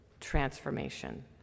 transformation